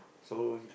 so